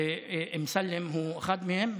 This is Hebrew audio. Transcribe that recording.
ואמסלם הוא אחד מהם?